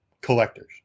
collectors